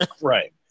right